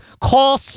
Call